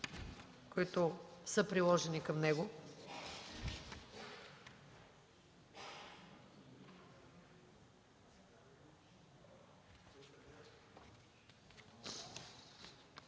които са приложени към него.